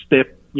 step